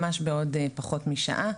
ממש בעוד פחות משעה.